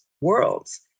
worlds